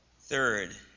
Third